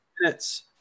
minutes